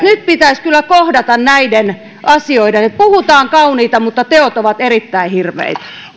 nyt pitäisi kyllä kohdata näiden asioiden puhutaan kauniita mutta teot ovat erittäin hirveitä